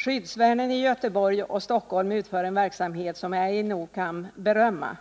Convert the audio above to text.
Skyddsvärnen i Göteborg och Stockholm bedriver en verksamhet som inte nog kan berömmas.